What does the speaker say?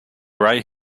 right